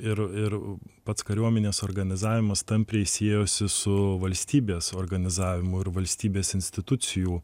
ir ir pats kariuomenės organizavimas tampriai siejosi su valstybės organizavimu ir valstybės institucijų